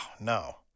no